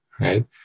right